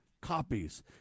copies